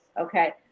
Okay